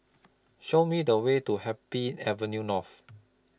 Show Me The Way to Happy Avenue North